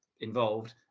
involved